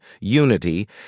unity